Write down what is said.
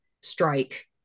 strike